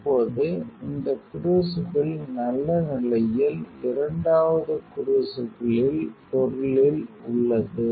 இப்போது அந்த க்ரூசிபிள் நல்ல நிலையில் இரண்டாவது க்ரூசிபிளில் பொருளில் உள்ளது